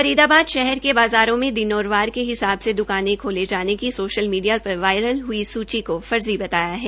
फरीदाबाद शहर के बाजारों में दिन और वार के हिसाब से दुकानें खोले जाने की सोशल मीडिया पर वायरल हई सुची को फर्जी बताया है